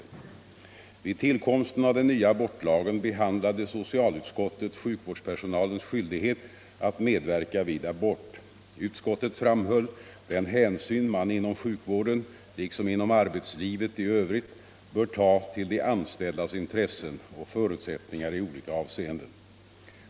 Om skyldigheten Vid tillkomsten av den nya abortlagen behandlade socialutskottet sjuk — för sjukvårdspersovårdspersonalens skyldighet att medverka vid abort. Utskottet framhöll nal att medverka den hänsyn man inom sjukvården liksom inom arbetslivet i övrigt bör — vid abortingrepp ta till de anställdas intressen och förutsättningar i olika avseenden.